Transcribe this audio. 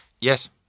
Yes